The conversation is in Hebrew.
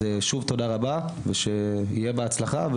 שוב תודה רבה ושיהיה בהצלחה,